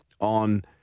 on